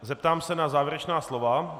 Zeptám se na závěrečná slova.